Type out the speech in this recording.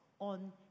on